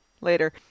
later